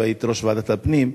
והייתי יושב-ראש ועדת הפנים,